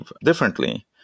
differently